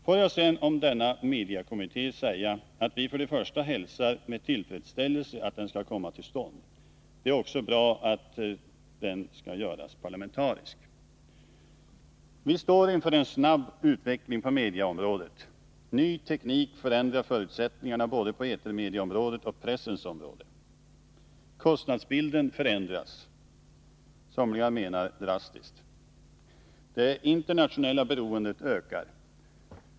Får jag sedan om denna mediekommitté säga att vi hälsar med tillfredsställelse att den skall komma till stånd. Det är också bra att den görs parlamentarisk. Vi står inför en snabb utveckling på medieområdet. Ny teknik förändrar förutsättningarna både på etermedieområdet och på pressens område. Kostnadsbilden förändras — dramatiskt, menar somliga. Det internationella beroendet ökar.